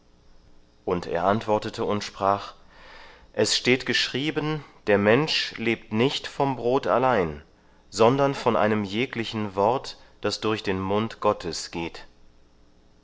und er antwortete und sprach es steht geschrieben der mensch lebt nicht vom brot allein sondern von einem jeglichen wort das durch den mund gottes geht